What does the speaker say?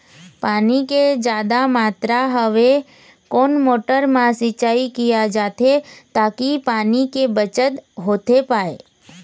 पानी के जादा मात्रा हवे कोन मोटर मा सिचाई किया जाथे ताकि पानी के बचत होथे पाए?